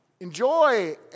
Enjoy